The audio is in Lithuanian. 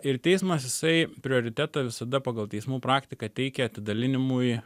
ir teismas jisai prioritetą visada pagal teismų praktiką teikia atidalinimui